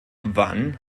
wann